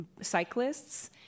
cyclists